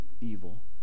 evil